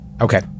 Okay